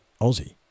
Aussie